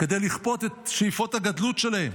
כדי לכפות את שאיפות הגדלות שלהן.